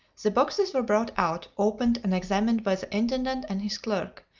the boxes were brought out, opened, and examined by the intendant and his clerk,